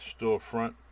storefront